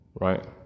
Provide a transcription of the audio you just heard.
right